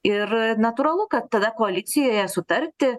ir natūralu kad tada koalicijoje sutarti